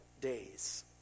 days